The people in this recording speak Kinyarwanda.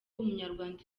umunyarwanda